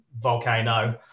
volcano